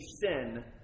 sin